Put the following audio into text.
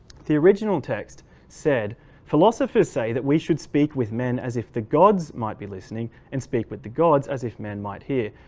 the original text said philosophers say that we should speak with men as if the gods might be listening and speak with the gods as if men might hear.